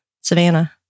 Savannah